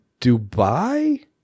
Dubai